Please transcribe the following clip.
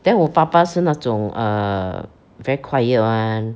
then 我爸爸是那种 err very quiet [one]